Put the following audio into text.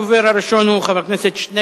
הדובר הראשון הוא חבר הכנסת עתניאל